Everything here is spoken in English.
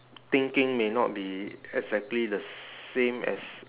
thinking may not be exactly the same as